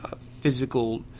physical